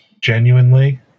genuinely